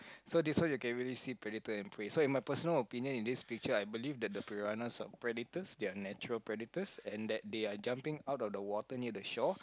so this one you can really see predator and prey so in my personal opinion in this picture I believe that the piranhas are predators they are natural predators and that they are jumping out the water near the shore